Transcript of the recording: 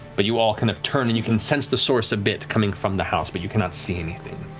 but you all kind of turn, and you can sense the source a bit, coming from the house, but you cannot see anything.